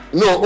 no